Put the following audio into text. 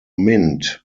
mint